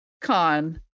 con